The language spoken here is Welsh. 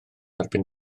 erbyn